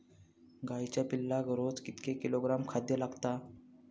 गाईच्या पिल्लाक रोज कितके किलोग्रॅम खाद्य लागता?